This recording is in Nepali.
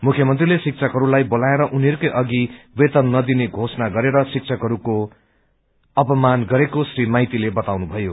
मुख्यमन्त्रीले शिक्षकहरूलाई बोलाएर उनीहरूकै अधि वेतन नदिने घोषणा गरेर शिक्षकहरूको अपमान गरेको श्री माइतीले बताउनुभयो